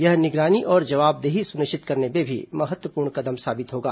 यह निगरानी और जवाबदेही सुनिश्चित करने में भी महत्वपूर्ण कदम साबित होगा